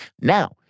now